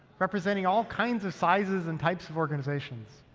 representing all kinds of sizes and types of organizations.